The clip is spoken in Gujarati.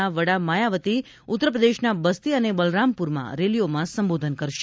ના વડા માયાવતી ઉત્તરપ્રદેશના બસ્તી અને બલરામપુરમાં રેલીઓમાં સંબોધન કરશે